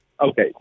Okay